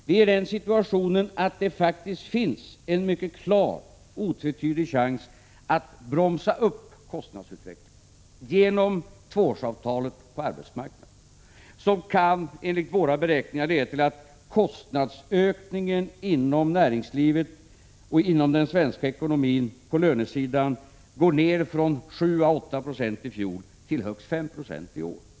Vi är i den situationen att det faktiskt finns en otvetydig chans att bromsa upp kostnadsutvecklingen genom tvåårsavtalen på arbetsmarknaden, som enligt våra beräkningar kan leda till att kostnadsökningen inom näringslivet och på lönesidan inom den svenska ekonomin går ned från 7-8 9o i fjol till högst 5 oi år.